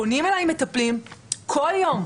פונים אליי מטפלים כל יום,